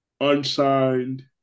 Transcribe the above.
unsigned